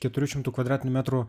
keturių šimtų kvadratinių metrų